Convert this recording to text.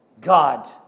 God